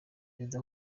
prezida